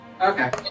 Okay